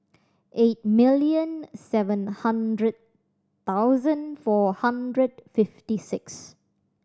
eight million seven hundred thousand four hundred fifty six